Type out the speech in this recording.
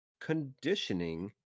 conditioning